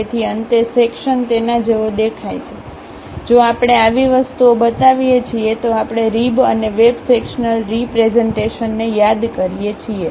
તેથી અંતે સેક્શન તેના જેવો દેખાય છે જો આપણે આવી વસ્તુઓ બતાવીએ છીએ તો આપણે રીબઅને વેબ સેક્શન્લ રીપ્રેઝન્ટેશનને યાદ કરીએ છીએ